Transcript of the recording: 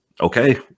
okay